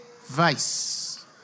vice